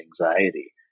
anxiety